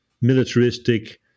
militaristic